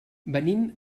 venim